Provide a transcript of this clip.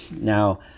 Now